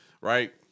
right